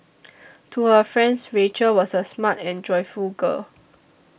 to her friends Rachel was a smart and joyful girl